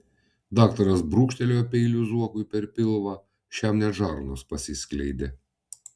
daktaras brūkštelėjo peiliu zuokui per pilvą šiam net žarnos pasiskleidė